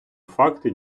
факти